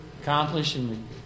accomplishing